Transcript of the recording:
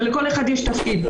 ולכל אחד יש תפקיד.